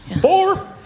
Four